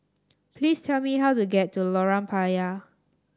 please tell me how to get to Lorong Payah